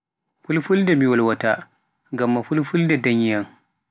Fulfulnde mi wolwaata, ngam ma fulfulde danyam.